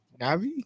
Navi